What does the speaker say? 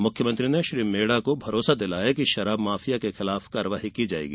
मुख्यमंत्री ने श्री मेड़ा को भरोसा दिलाया है कि शराब माफिया के खिलाफ कार्यवाई की जायेगी